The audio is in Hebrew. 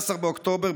ב-13 באוקטובר,